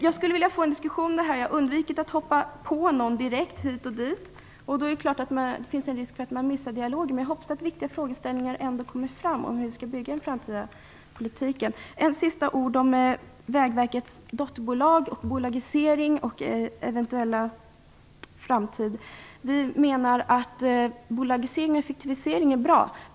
Jag skulle vilja få en diskussion om detta. Jag har undvikit att hoppa på någon direkt. Då finns det en risk för att man missar dialogen, men jag hoppas att viktiga frågeställningar om hur vi skall lägga upp den framtida politiken ändå kommer fram. Låt mig till sist säga några ord om Vägverkets dotterbolag och bolagiseringen. Vi menar att bolagisering och effektivisering är bra.